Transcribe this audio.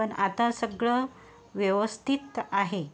पण आता सगळं व्यवस्थित आहे